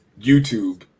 YouTube